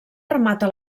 remata